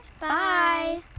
bye